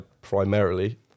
primarily